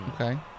Okay